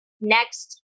next